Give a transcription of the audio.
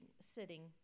sitting